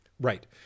Right